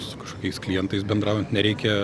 su kažkokiais klientais bendraujant nereikia